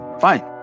fine